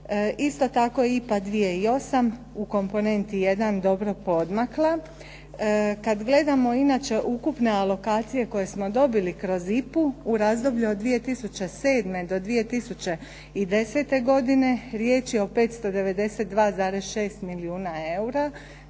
Isto tako, IPA 2008 u komponenti 1 je dobro poodmakla. Kad gledamo inače ukupne alokacije koje smo dobili kroz IPA-u u razdoblje od 2007. do 2010. godine, riječ je o 592,6 milijuna eura,